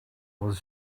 was